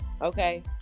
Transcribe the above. okay